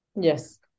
yes